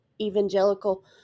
evangelical